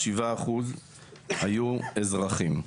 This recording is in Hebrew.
7% היו אזרחים.